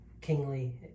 kingly